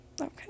Okay